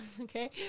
okay